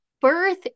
Birth